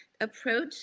approach